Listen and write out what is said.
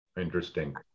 Interesting